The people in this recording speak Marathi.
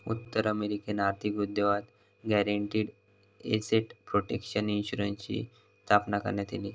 उत्तर अमेरिकन आर्थिक उद्योगात गॅरंटीड एसेट प्रोटेक्शन इन्शुरन्सची स्थापना करण्यात इली